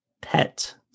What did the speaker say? pet